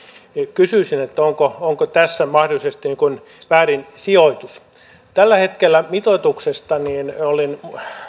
kysyisin onko tässä mahdollisesti väärin sijoitus tämänhetkisestä mitoituksesta olin